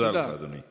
תודה לך, אדוני.